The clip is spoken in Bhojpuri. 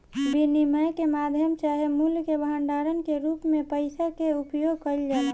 विनिमय के माध्यम चाहे मूल्य के भंडारण के रूप में पइसा के उपयोग कईल जाला